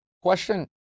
question